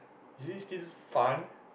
is it still fun